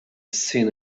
seen